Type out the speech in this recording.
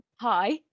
hi